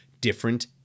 different